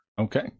Okay